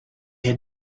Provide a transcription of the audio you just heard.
had